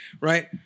right